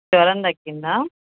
జ్వరం తగ్గిందా